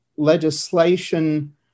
legislation